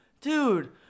dude